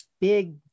big